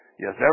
Yes